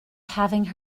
having